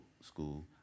school